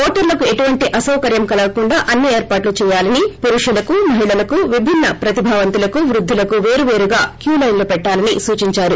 ఓటర్లకు ఎటువంటి అసౌకర్యం కలగకుండా అన్ని ఏర్పాట్లు చెయ్యాలని పురుషులకు మహిళలకు విభిన్న ప్రతిభావంతులకు వృద్దులకు పేరుపేరుగా క్యూలైన్లు పెట్టాలని సూచించారు